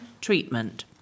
treatment